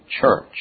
church